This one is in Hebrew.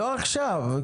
לא עכשיו,